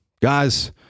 Guys